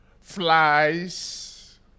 Flies